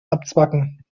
abzwacken